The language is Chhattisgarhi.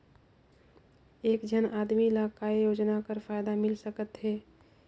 एक झन आदमी ला काय योजना कर फायदा मिल सकथे?